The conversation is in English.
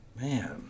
Man